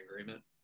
agreement